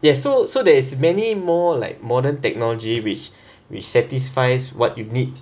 yes so so there is many more like modern technology which which satisfies what you need